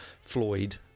Floyd